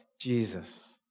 Jesus